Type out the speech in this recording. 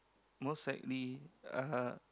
most likely uh